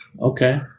Okay